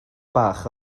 bach